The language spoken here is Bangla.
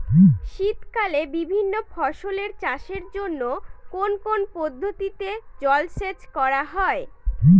শীতকালে বিভিন্ন ফসলের চাষের জন্য কোন কোন পদ্ধতিতে জলসেচ করা হয়?